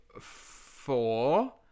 four